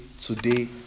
today